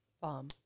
Bomb